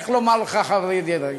איך לומר לך, חברי דרעי,